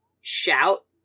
shout